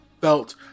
felt